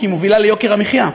כי היא מובילה ליוקר המחיה.